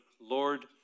lord